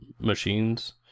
machines